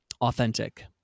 authentic